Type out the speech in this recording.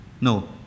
No